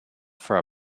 for